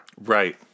Right